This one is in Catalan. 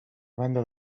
banda